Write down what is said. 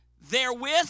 therewith